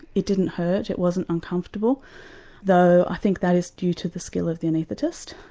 it didn't hurt, it wasn't uncomfortable though i think that is due to the skill of the anaesthetist.